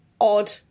odd